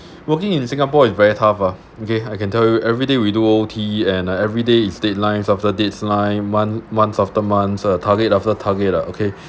working in singapore is very tough ah okay I can tell you everyday we do O_T and like everyday is deadlines after deadlines once once after months uh target after target lah okay